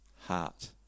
heart